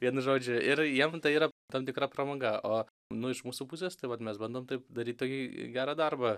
vienu žodžiu ir jiem tai yra tam tikra pramoga o nu iš mūsų pusės tai vat mes bandom taip daryt tokį gerą darbą